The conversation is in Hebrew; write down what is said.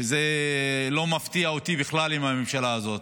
וזה לא מפתיע אותי בכלל עם הממשלה הזאת.